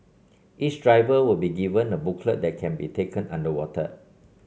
each driver will be given a booklet that can be taken underwater